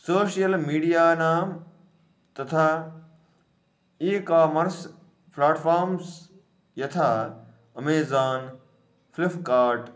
social मीडियानां तथा e commerce platforms यथा अमेज़ान् फ़्लिफ़्कार्ट्